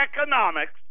economics